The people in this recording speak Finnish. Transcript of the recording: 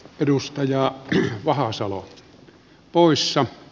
edustaja vahasalo poissa